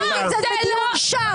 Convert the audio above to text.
כי היא נמצאת בדיון שם.